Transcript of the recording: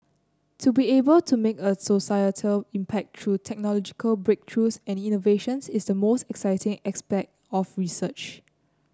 to be able to make a societal impact through technological breakthroughs and innovations is the most exciting aspect of research